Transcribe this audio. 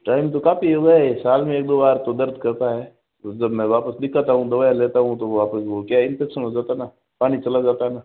time तो काफ़ी हो गया है साल में एक दो बार तो दर्द करता है तो तब में वापस दिखाता हूँ दवाई लेता हूँ तो वापस वो क्या है इन्फेक्शन हो जाता है न पानी चला जाता है न